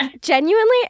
Genuinely